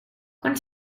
quan